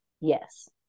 Yes